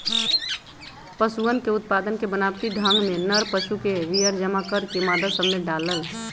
पशुअन के उत्पादन के बनावटी ढंग में नर पशु के वीर्य जमा करके मादा सब में डाल्ल